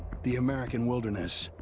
the american wilderness.